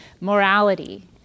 Morality